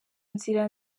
nzira